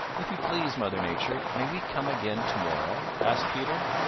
if you please, mother nature, may we come again to-morrow? asked peter.